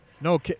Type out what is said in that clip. No